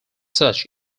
such